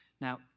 Now